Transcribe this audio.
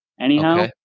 Anyhow